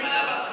מי מנע בעדך?